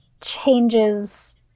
changes